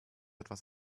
etwas